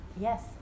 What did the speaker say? Yes